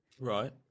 Right